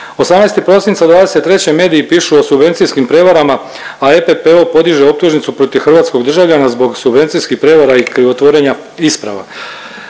18. prosinca 2023. mediji pišu o subvencijskim prijevarama, a EPP podiže optužnicu protiv hrvatskog državljana zbog subvencijskih prijevara i krivotvorenja isprava.